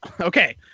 okay